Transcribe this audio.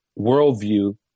worldview